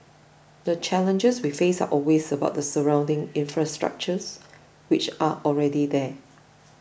the challenges we face are always about the surrounding infrastructures which are already there